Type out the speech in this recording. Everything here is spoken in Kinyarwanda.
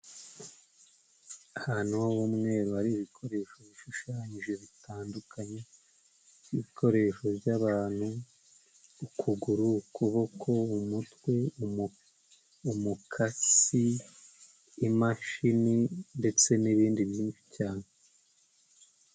Ahantu h'umweru hari ibikoresho bishushanyije bitandukanye ibikoresho by'abantu, ukuguru ukuboko, umutwe, umukasi, imashini ndetse n'ibindi byinshi cyane.